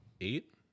eight